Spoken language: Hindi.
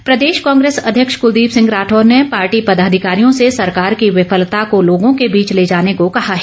राठौर प्रदेश कांग्रेस अध्यक्ष कुलदीप सिंह राठौर ने पार्टी पदाधिकारियों से सरकार की विफलता को लोगों के बीच ले जाने को कहा है